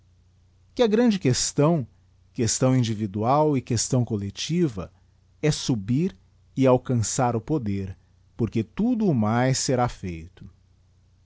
que a grande questão questão individual e questão couectiva é subir e alcançar o poder porque tudo o mais será feito